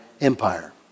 empire